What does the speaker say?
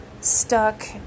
stuck